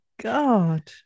god